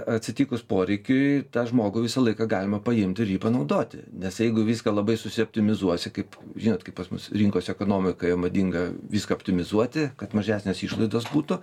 atsitikus poreikiui tą žmogų visą laiką galima paimti ir jį panaudoti nes jeigu viską labai susioptimizuosi kaip žinot kaip pas mus rinkos ekonomikoje madinga viską optimizuoti kad mažesnės išlaidos būtų